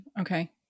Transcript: Okay